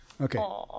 Okay